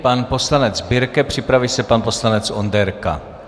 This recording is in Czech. Pan poslanec Birke, připraví se pan poslanec Onderka.